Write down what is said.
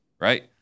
right